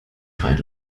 freien